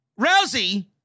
Rousey